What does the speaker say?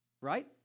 right